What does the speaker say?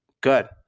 good